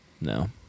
No